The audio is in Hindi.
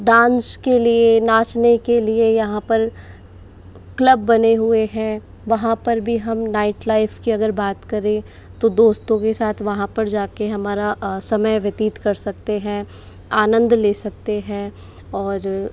डांस के लिए नाचने के लिए यहाँ पर क्लब बने हुए हैं वहाँ पर भी हम नाईट लाइफ की अगर बात करें तो दोस्तों के साथ वहाँ पर जाके हमारा समय व्यतीत कर सकते हैं आंनद ले सकते हैं और